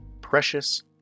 Precious